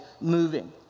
moving